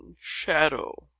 shadow